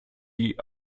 die